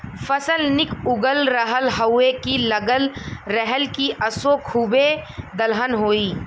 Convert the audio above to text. फसल निक उगल रहल हउवे की लगत रहल की असों खूबे दलहन होई